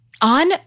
on